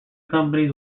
companies